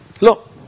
Look